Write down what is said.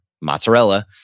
mozzarella